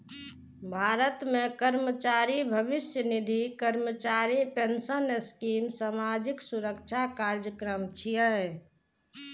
भारत मे कर्मचारी भविष्य निधि, कर्मचारी पेंशन स्कीम सामाजिक सुरक्षा कार्यक्रम छियै